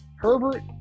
Herbert